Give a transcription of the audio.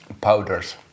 powders